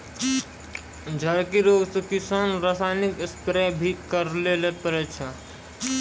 झड़की रोग से किसान रासायनिक स्प्रेय भी करै ले पड़ै छै